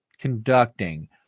conducting